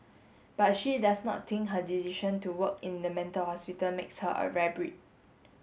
but she does not think her decision to work in the mental hospital makes her a rare breed